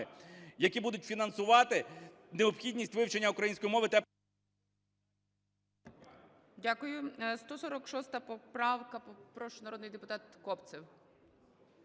які будуть фінансувати необхідність вивчення української мови та…